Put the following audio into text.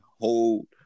hold